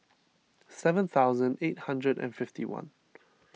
seven thousand eight hundred and fifty one